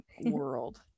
world